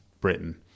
Britain